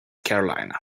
carolina